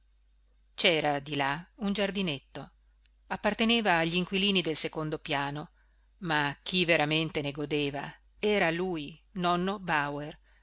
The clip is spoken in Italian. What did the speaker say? cera di là un giardinetto apparteneva a glinquilini del secondo piano ma chi veramente ne godeva era lui nonno bauer